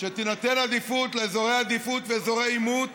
שתינתן עדיפות לאזורי עדיפות ואזורי עימות